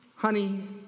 Honey